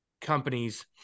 companies